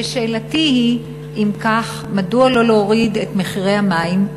ושאלתי היא: אם כך, מדוע לא להוריד את מחירי המים,